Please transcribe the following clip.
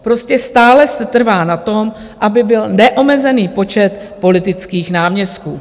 Prostě stále se trvá na tom, aby byl neomezený počet politických náměstků.